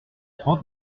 trente